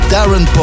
Darren